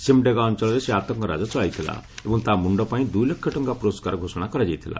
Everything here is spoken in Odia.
ସିମ୍ଡେଗା ଅଞ୍ଚଳରେ ସେ ଆତଙ୍କରାଜ ଚଳାଇଥିଲା ଏବଂ ତା'ମୁଣ୍ଡ ପାଇଁ ଦୁଇଲକ୍ଷ ଟଙ୍କା ପୁରସ୍କାର ଘୋଷଣା କରାଯାଇଥିଲା